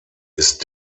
ist